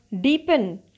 deepen